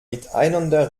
miteinander